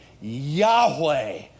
Yahweh